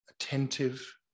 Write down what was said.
attentive